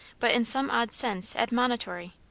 but in some odd sense admonitory.